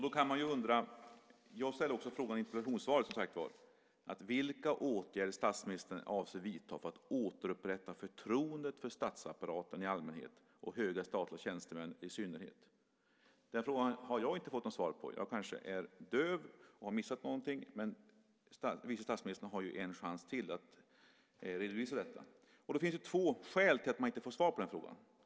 Då kan man undra - jag ställde som sagt var frågan också i interpellationen - vilka åtgärder statsministern avser att vidta för att återupprätta förtroendet för statsapparaten i allmänhet och höga statliga tjänstemän i synnerhet. Den frågan har jag inte fått något svar på. Jag kanske är döv eller har missat någonting, men vice statsministern har ju en chans till att redovisa detta. Det finns två möjliga skäl till att man inte får svar på den här frågan.